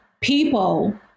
people